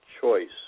choice